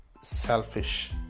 selfish